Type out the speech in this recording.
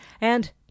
and